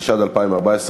התשע"ד 2014,